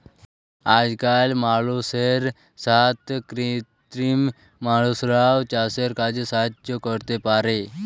আজকাল মালুষের সাথ কৃত্রিম মালুষরাও চাসের কাজে সাহায্য ক্যরতে পারে